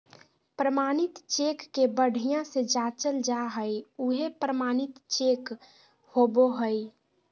प्रमाणित चेक के बढ़िया से जाँचल जा हइ उहे प्रमाणित चेक होबो हइ